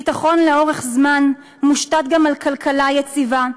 ביטחון לאורך זמן מושתת גם על כלכלה יציבה,